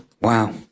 wow